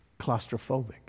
claustrophobic